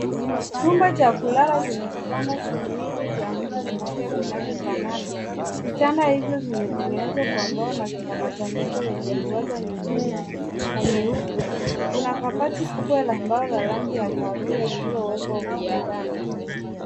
Chumba cha kulala chenye vitanda viwili vya mtu mmoja vianvyofanana. Vitanda hivyo vimetengenezwa kwa mbao na vina matandiko yenye ruwaza nyekundu na nyeupe. Kuna kabati kubwa la mbao la rangi ya kahawia lililowekwa ukutani.